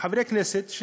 חברי כנסת,